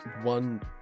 one